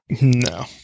No